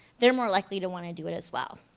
they're more likely to want to do it as well.